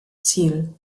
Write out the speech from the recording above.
ziel